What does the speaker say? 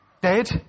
Dead